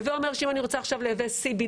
הווה אומר שאם אני רוצה עכשיו לייבא CBD